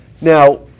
Now